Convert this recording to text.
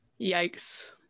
yikes